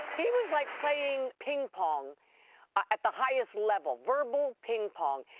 he was like playing ping-pong at the highest level, verbal ping-pong.